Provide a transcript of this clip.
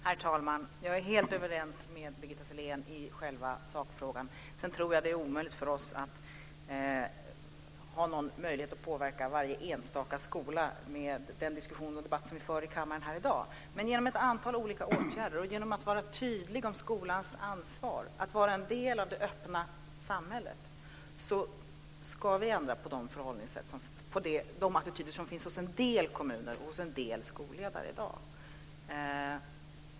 Herr talman! Jag är helt överens med Birgitta Sellén i själva sakfrågan, men jag tror att det är omöjligt för oss att påverka varje enstaka skola med den diskussion vi för här i kammaren i dag. Genom ett antal olika åtgärder, genom att vara tydliga om skolans ansvar och genom att vara en del av det öppna samhället ska vi ändra på de attityder som finns hos en del kommuner och hos en del skolledare i dag.